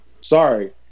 sorry